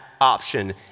option